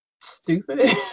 stupid